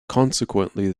consequently